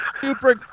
super